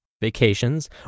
vacations